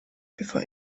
before